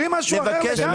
אתם מסבירים משהו אחר לגמרי.